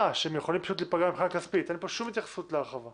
אני כן מציעה שנכון להאיר את עיני חברי הוועדה